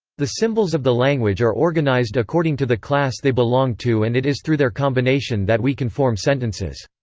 the symbols of the language are organized according to the class they belong to and it is through their combination that we can form sentences.